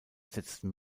setzen